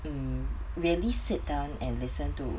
mm really sit down and listen to